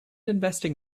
investing